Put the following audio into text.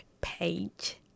page